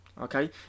okay